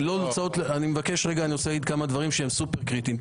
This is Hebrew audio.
אני מבקש להגיד כמה דברים שהם סופר קריטיים.